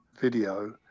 video